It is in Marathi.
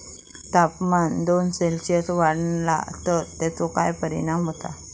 तापमान दोन सेल्सिअस वाढला तर तेचो काय परिणाम होता?